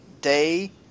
day